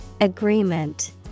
Agreement